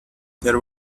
there